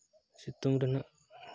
ᱥᱤᱛᱩᱝ ᱨᱮᱱᱟᱜ